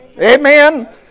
Amen